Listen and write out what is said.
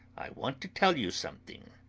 i want to tell you something.